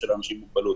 אנשים עם מוגבלות.